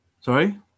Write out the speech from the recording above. Sorry